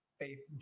faith